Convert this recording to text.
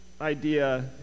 idea